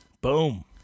Boom